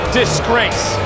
disgrace